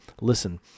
Listen